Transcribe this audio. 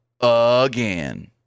again